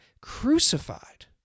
crucified